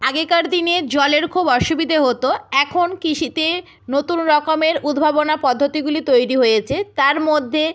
আগেকার দিনে জলের খুব অসুবিধে হতো এখন কৃষিতে নতুন রকমের উদ্ভাবনা পদ্ধতিগুলি তৈরি হয়েছে তার মধ্যে